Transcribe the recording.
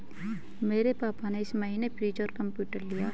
मेरे पापा ने इस महीने फ्रीज और कंप्यूटर लिया है